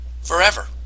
forever